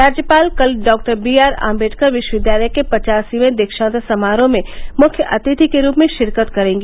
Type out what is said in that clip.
राज्यपाल कल डॉ बी आर आम्बेडकर विश्वविद्यालय के पचासीये दीक्षांत समारोह में मुख्य अतिथि के रूप में शिरकत करेगी